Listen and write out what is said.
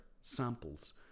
samples